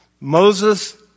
Moses